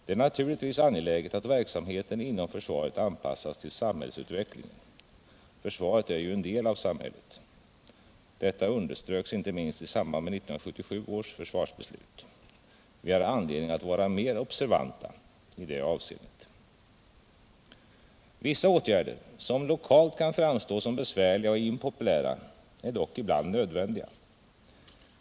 Det är naturligtvis angeläget att verksamheten inom försvaret anpassas till samhällsutvecklingen. Försvaret är ju en del av samhället. Detta underströks inte minst i samband med 1977 års försvarsbeslut. Vi har anledning att vara mer observanta i det avseendet. Vissa åtgärder, som lokalt kan framstå som besvärliga och impopulära, är dock ibland nödvändiga.